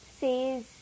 says